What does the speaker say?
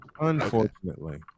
unfortunately